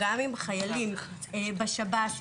גם אם חיילים בשב"ס,